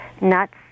nuts